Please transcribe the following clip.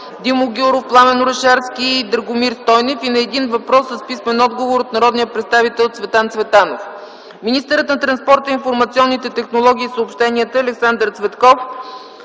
Димо Гяуров, Пламен Орешарски и Драгомир Стойнев и на един въпрос с писмен отговор от народния представител Цветан Цветанов. Министърът на транспорта, информационните технологии и съобщенията Александър Цветков